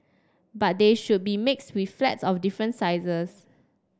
but they should be mixed with flats of different sizes